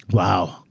wow.